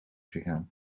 gegaan